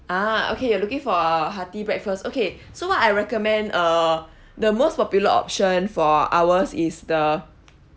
ah okay you're looking for a hearty breakfast okay so what I recommend uh the most popular option for ours is the